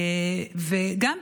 וגם,